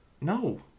No